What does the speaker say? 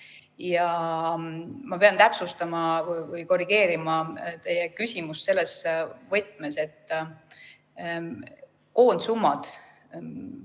Ma pean täpsustama või korrigeerima teie küsimust selles võtmes, et koondsummad,